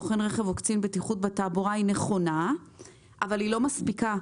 בוחן רכב או קצין בטיחות בתעבורה" היא נכונה אבל היא לא מספיקה.